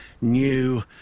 new